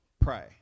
Pray